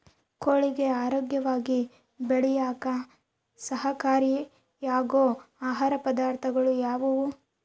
ಕೋಳಿಗೆ ಆರೋಗ್ಯವಾಗಿ ಬೆಳೆಯಾಕ ಸಹಕಾರಿಯಾಗೋ ಆಹಾರ ಪದಾರ್ಥಗಳು ಯಾವುವು?